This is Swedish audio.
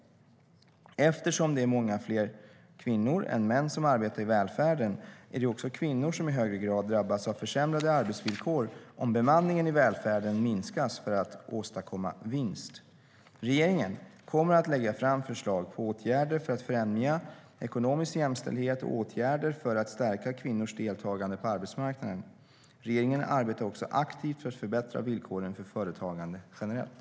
Eftersom det är många fler kvinnor än män som arbetar i välfärden är det också kvinnor som i högre grad drabbas av försämrade arbetsvillkor om bemanningen i välfärden minskas för att åstadkomma vinst. Regeringen kommer att lägga fram förslag på åtgärder för att främja ekonomisk jämställdhet och åtgärder för att stärka kvinnors deltagande på arbetsmarknaden. Regeringen arbetar också aktivt för att förbättra villkoren för företagandet generellt.